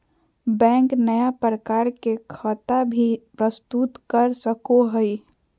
bank नया प्रकार के खता भी प्रस्तुत कर सको हइ